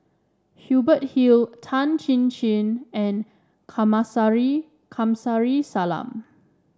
Hubert Hill Tan Chin Chin and Kamsari Salam